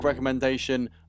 Recommendation